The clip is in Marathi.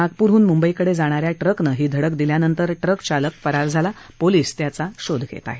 नागपूरहून मुंबईकडे जाणा या ट्रकनं ही धडक दिल्यानंतर ट्रक चालक फरार झाला पोलीस त्याचा शोध घेत आहेत